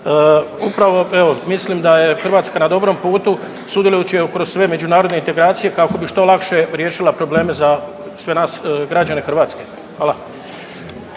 Upravo evo mislim da je Hrvatska na dobrom putu sudjelujući kroz sve međunarodne integracije kako bi što lakše riješila probleme za sve nas građane Hrvatske. Hvala.